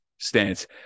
Stance